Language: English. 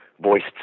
voiced